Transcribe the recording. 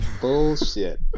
Bullshit